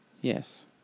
Yes